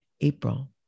April